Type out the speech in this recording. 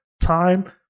time